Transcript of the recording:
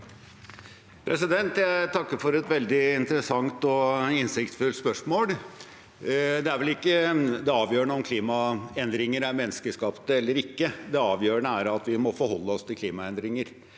Jeg takker for et veldig interessant og innsiktsfullt spørsmål. Det er vel ikke det avgjørende om klimaendringene er menneskeskapte eller ikke. Det avgjørende er at vi må forholde oss til klimaendringer,